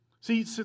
See